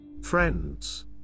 Friends